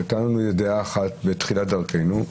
והייתה לנו דעה אחת בתחילת דרכנו,